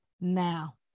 now